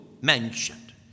mentioned